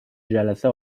جلسه